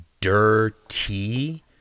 dirty